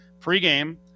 pregame